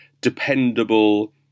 dependable